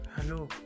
Hello